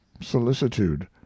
solicitude